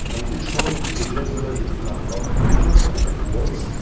and each room it's so just a basic map of collisions of walls.